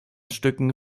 stücken